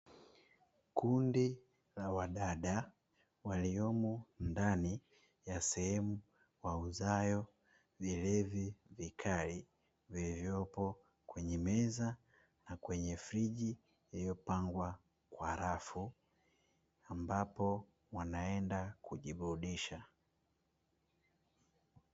Kundi la wadada waliomo ndani ya sehemu wauzayo vilevi vikali, villivyopo kwenye meza na kwenye friji iliyopangwa kwa rafu ambapo wanaenda kujiburudisha.